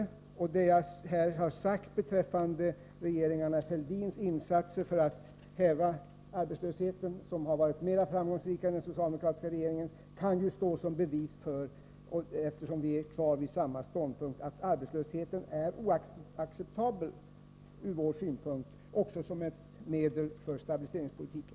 Som jag här har sagt kan regeringarna Fälldins insatser för att häva arbetslösheten, som har varit mera framgångsrika än den socialdemokratiska regeringens, stå som bevis för detta. Vi står kvar vid vår ståndpunkt att arbetslösheten är oacceptabel ur vår synpunkt också som ett medel för stabiliseringspolitiken.